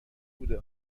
بوده